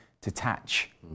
detach